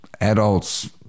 adults